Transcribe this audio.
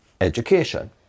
education